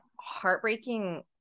heartbreaking